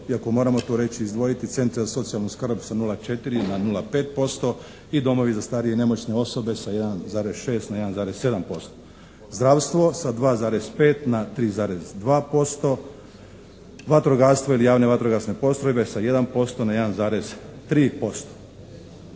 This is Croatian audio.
iako moramo tu reći i izdvojiti centre za socijalnu skrb sa 0,4 na 0,5% i domove za starije i nemoćne osobe sa 1,6 na 1,7%. Zdravstvo sa 2,5 na 3,2%, vatrogastvo ili javne vatrogasne postrojbe sa 1% na 1,3%.